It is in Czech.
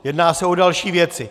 Jedná se o další věci.